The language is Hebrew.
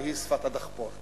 והיא שפת הדחפור.